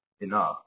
enough